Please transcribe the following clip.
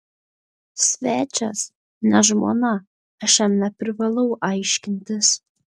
svečias ne žmona aš jam neprivalau aiškintis